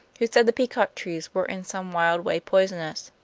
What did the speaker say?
who said the peacock trees were in some wild way poisonous.